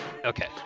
Okay